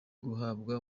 guhabwa